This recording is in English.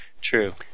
True